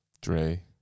Dre